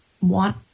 want